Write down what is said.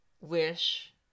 wish